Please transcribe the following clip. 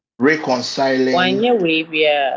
Reconciling